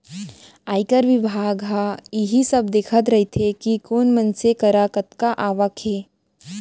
आयकर बिभाग ह इही सब देखत रइथे कि कोन मनसे करा कतका आवक हे